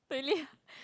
really